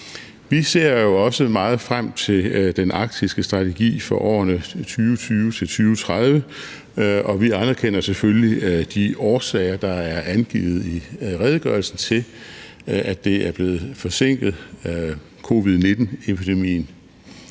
Vi ser jo også meget frem til den arktiske strategi for årene 2020-2030, og vi anerkender selvfølgelig de årsager, der er angivet i redegørelsen, til, at det er blevet forsinket. Covid-19-epidemien